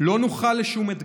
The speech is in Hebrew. לא נוכל לשום אתגר,